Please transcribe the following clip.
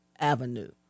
avenue